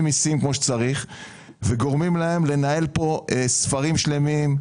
מסים כמו שצריך וגורמים להם לנהל פה ספרים שלמים,